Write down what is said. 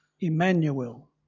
Emmanuel